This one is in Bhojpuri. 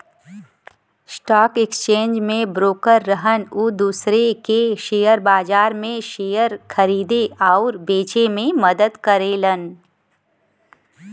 स्टॉक एक्सचेंज में ब्रोकर रहन उ दूसरे के शेयर बाजार में शेयर खरीदे आउर बेचे में मदद करेलन